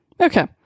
Okay